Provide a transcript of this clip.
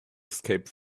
escaped